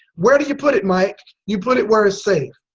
where do you put it mike? you put it where it's safe.